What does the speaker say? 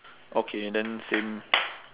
okay then same